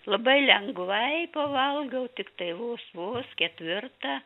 labai lengvai pavalgau tiktai vos vos ketvirtą